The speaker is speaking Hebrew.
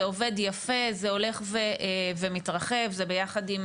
זה עובד יפה, זה הולך ומתרחב, זה ביחד עם